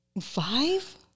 Five